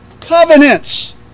Covenants